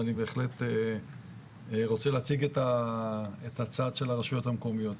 ואני בהחלט רוצה להציג את הצד של הרשויות המקומיות.